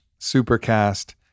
supercast